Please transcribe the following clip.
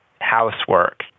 housework